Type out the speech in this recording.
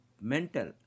mental